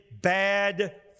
bad